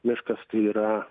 miškas tai yra